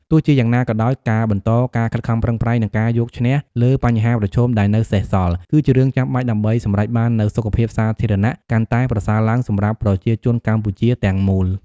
ទោះជាយ៉ាងណាក៏ដោយ ការបន្តការខិតខំប្រឹងប្រែង និងការយកឈ្នះលើបញ្ហាប្រឈមដែលនៅសេសសល់ គឺជារឿងចាំបាច់ដើម្បីសម្រេចបាននូវសុខភាពសាធារណៈកាន់តែប្រសើរឡើងសម្រាប់ប្រជាជនកម្ពុជាទាំងមូល។